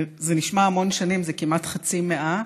זה נשמע המון שנים, זה כמעט חצי מאה.